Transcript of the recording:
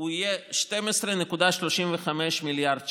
יהיה 12.35 מיליארד שקל.